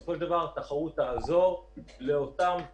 בסופו של דבר התחרות תעזור לאותם צרכנים.